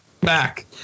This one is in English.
back